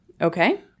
okay